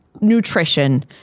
nutrition